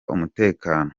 umutekano